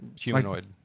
humanoid